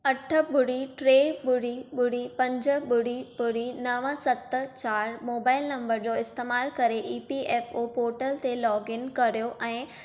अठ ॿुड़ी टे ॿुड़ी ॿुड़ी पंज ॿुड़ी ॿुड़ी नव सत चारि मोबाइल नंबर जो इस्तेमालु करे E P F O portal ते लॉग इन करियो ऐं